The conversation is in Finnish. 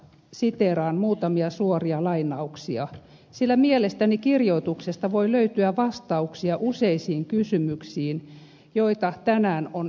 siteeraan muutamia suoria lainauksia sillä mielestäni kirjoituksesta voi löytyä vastauksia useisiin kysymyksiin joita tänään on esitetty